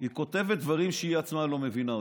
היא כותבת דברים שהיא עצמה לא מבינה אותם.